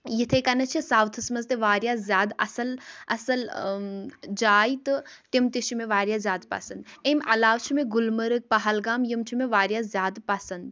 یِتھَے کَنَتھ چھِ ساوتھَس منٛز تہِ واریاہ زیادٕ اَصٕل اَصٕل جایہِ تہٕ تِم تہِ چھِ مےٚ واریاہ زیادٕ پَسنٛد اَمہِ علاوٕ چھِ مےٚ گُلمَرٕگ پہلگام یِم چھِ مےٚ واریاہ زیادٕ پَسنٛد